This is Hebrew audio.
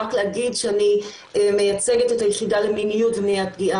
רק להגיד שאני מייצגת את היחידה למיניות ומניעת פגיעה